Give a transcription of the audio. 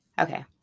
Okay